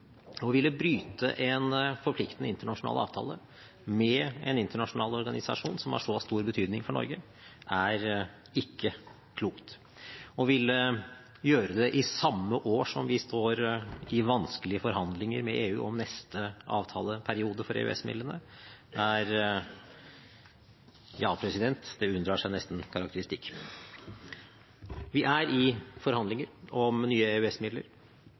Å ville bryte en forpliktende internasjonal avtale med en internasjonal organisasjon som har så stor betydning for Norge, er ikke klokt. Å ville gjøre det i samme år som vi står i vanskelige forhandlinger med EU om neste avtaleperiode for EØS-midlene, er – ja, president, det unndrar seg nesten karakteristikker. Vi er i forhandlinger om nye